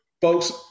folks